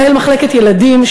מנהל מחלקת ילדים,